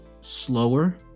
slower